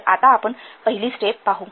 तर आता आपण पहिली स्टेप पाहू